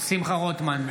שמחה רוטמן,